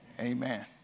Amen